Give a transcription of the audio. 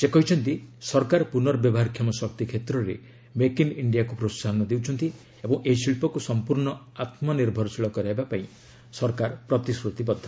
ସେ କହିଛନ୍ତି ସରକାର ପୁର୍ନବ୍ୟବହାରକ୍ଷମ ଶକ୍ତି କ୍ଷେତ୍ରରେ ମେକ୍ ଇନ୍ ଇଣ୍ଡିଆକୁ ପ୍ରୋହାହନ ଦେଉଛନ୍ତି ଓ ଏହି ଶିଳ୍ପକୁ ସଂପୂର୍ଣ୍ଣ ଆତ୍ମନିର୍ଭରଶୀଳ କରାଇବା ପାଇଁ ସରକାର ପ୍ରତିଶ୍ରତିବଦ୍ଧ